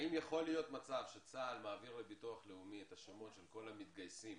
האם יכול להיות מצב שצה"ל מעביר לביטוח לאומי את השמות של כל המתגייסים